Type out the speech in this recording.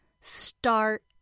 start